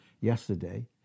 yesterday